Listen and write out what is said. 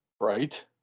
Right